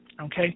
Okay